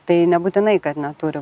tai nebūtinai kad neturi